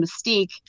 mystique